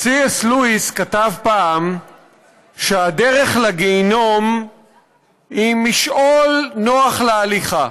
ק"ס לואיס כתב פעם שהדרך לגיהינום היא משעול נוח להליכה.